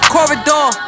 Corridor